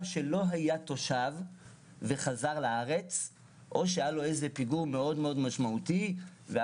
שלא היה תושב וחזר לארץ או שהיה לו פיגור מאוד משמעותי בתשלום,